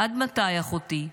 עד מתי, אחותי?